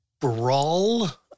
brawl